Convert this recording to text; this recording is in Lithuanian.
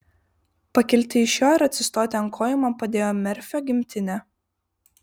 pakilti iš jo ir atsistoti ant kojų man padėjo merfio gimtinė